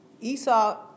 Esau